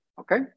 okay